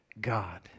God